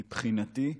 מבחינתי,